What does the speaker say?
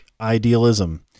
idealism